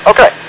Okay